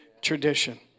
tradition